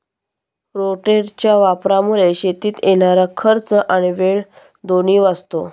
रोटेटरच्या वापरामुळे शेतीत येणारा खर्च आणि वेळ दोन्ही वाचतो